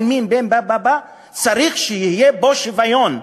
גזע ומין, צריך שיהיה פה שוויון.